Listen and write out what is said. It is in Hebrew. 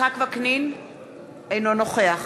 אינו נוכח